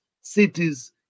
cities